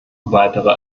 weitere